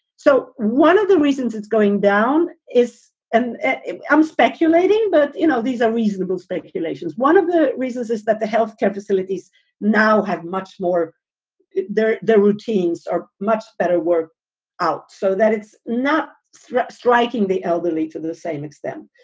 so one of the reasons it's going down is and i'm speculating, but, you know, these are reasonable speculations. one of the reasons is that the health care facilities now have much more their their routines are much better worked out so that it's not striking the elderly to the the same extent.